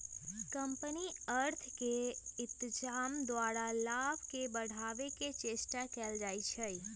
company अर्थ के इत्जाम द्वारा लाभ के बढ़ाने के चेष्टा कयल जाइ छइ